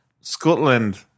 Scotland